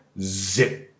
zip